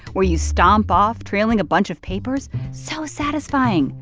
where you stomp off trailing a bunch of papers? so satisfying,